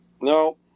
no